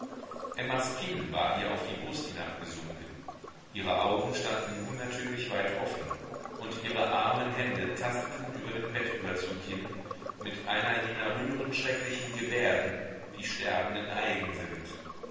emmas kinn war ihr auf die brust hinabgesunken ihre augen standen unnatürlich weit offen und ihre armen hände tasteten über den bettüberzug hin mit einer jener rührend schrecklichen gebärden die sterbenden eigen sind